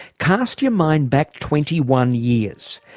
cast your mind back twenty one years.